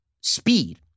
speed